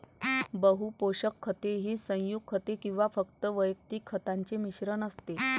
बहु पोषक खते ही संयुग खते किंवा फक्त वैयक्तिक खतांचे मिश्रण असते